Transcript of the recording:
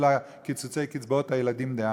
כל קיצוצי קצבאות הילדים דאז.